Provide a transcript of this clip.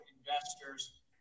investors